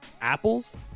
Apples